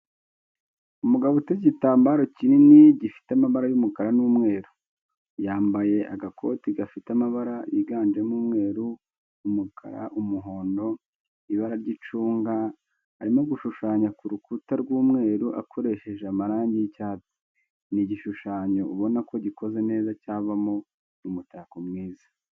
Umugabo uteze igitambaro kinini gifite amabara y'umukara n'umweru, yamabaye agakoti gafite amabara yiganjemo umweru, umukara, umuhondo, ibara ry'icunga, arimo gushushanya ku rukuta rw'umweru akoresheje amarangi y'icyatsi, ni igishushanyo ubona ko gikoze neza cyavamo umutako mwiza.